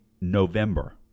November